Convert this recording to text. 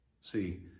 See